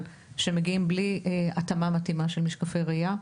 בלי התאמה מתאימה של משקפי ראייה.